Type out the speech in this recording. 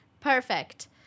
perfect